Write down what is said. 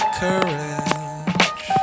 courage